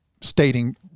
stating